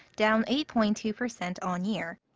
down eight point two percent on-year.